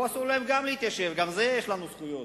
פה אסור להם גם להתיישב, גם זה יש לנו זכויות.